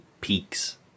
peaks